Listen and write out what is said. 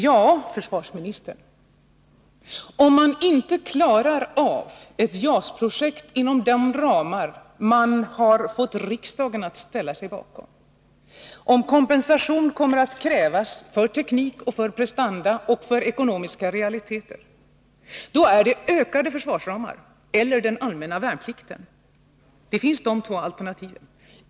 Ja, försvarsministern, om man inte klarar av ett JAS-projekt inom de ramar man har fått riksdagen att ställa sig bakom, om kompensation kommer att krävas för teknik, prestanda och ekonomiska realiteter är det ökade försvarsramar eller den allmänna värnplikten som får stå för detta. Det finns de två alternativen.